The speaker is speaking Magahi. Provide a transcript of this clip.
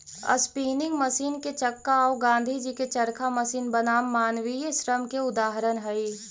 स्पीनिंग मशीन के चक्का औ गाँधीजी के चरखा मशीन बनाम मानवीय श्रम के उदाहरण हई